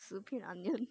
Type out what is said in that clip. supreme onion